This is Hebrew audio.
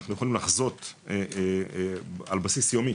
אנחנו יכולים לחזות על בסיס יומי